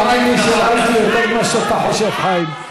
תאמין לי שראיתי יותר ממה שאתה חושב, חיים.